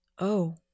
Oh